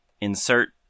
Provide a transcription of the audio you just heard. Insert